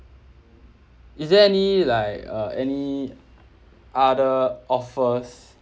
is there any like uh any other offers